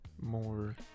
more